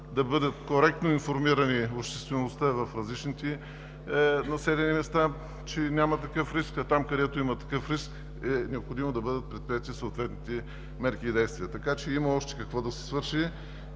да бъдат коректно информирани в обществеността и в различните населени места, че няма такъв риск, а там, където има такъв риск, е необходимо да бъдат предприети съответните мерки и действия. Така че има още какво да се свърши.